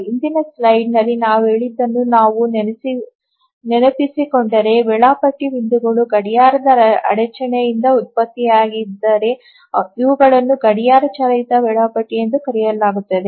ಹಿಂದಿನ ಸ್ಲೈಡ್ನಲ್ಲಿ ನಾವು ಹೇಳಿದ್ದನ್ನು ನಾವು ನೆನಪಿಸಿಕೊಂಡರೆ ವೇಳಾಪಟ್ಟಿ ಬಿಂದುಗಳು ಗಡಿಯಾರದ ಅಡಚಣೆಯಿಂದ ಉತ್ಪತ್ತಿಯಾಗಿದ್ದರೆ ಇವುಗಳನ್ನು ಗಡಿಯಾರ ಚಾಲಿತ ವೇಳಾಪಟ್ಟಿ ಎಂದು ಕರೆಯಲಾಗುತ್ತದೆ